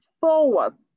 forward